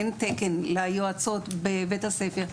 אין תקן ליועצות בבית הספר,